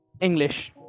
English